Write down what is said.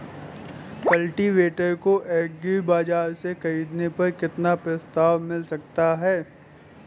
Cultivator को agri बाजार से ख़रीदने पर कितना प्रस्ताव मिल सकता है?